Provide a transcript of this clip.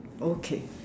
okay